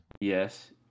Yes